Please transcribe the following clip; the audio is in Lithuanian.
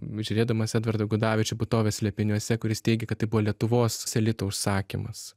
žiūrėdamas edvardo gudavičiaus būtovės slėpiniuose kuris teigia kad tai buvo lietuvos elito užsakymas